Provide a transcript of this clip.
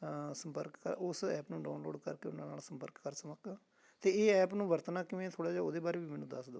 ਸੰਪਰਕ ਉਸ ਐਪ ਨੂੰ ਡਾਊਨਲੋਡ ਕਰਕੇ ਉਹਨਾਂ ਨਾਲ ਸੰਪਰਕ ਕਰ ਸਕਾਂ ਅਤੇ ਇਹ ਐਪ ਨੂੰ ਵਰਤਣਾ ਕਿਵੇਂ ਥੋੜ੍ਹਾ ਜਿਹਾ ਉਹਦੇ ਬਾਰੇ ਵੀ ਮੈਨੂੰ ਦੱਸ ਦਿਉ